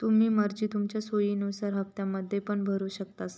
तुम्ही मार्जिन तुमच्या सोयीनुसार हप्त्त्यांमध्ये पण भरु शकतास